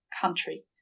country